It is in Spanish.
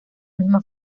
misma